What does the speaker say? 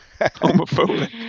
Homophobic